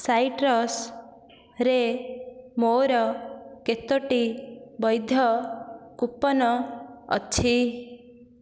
ସାଇଟ୍ରସ୍ରେ ମୋର କେତୋଟି ବୈଧ କୁପନ୍ ଅଛି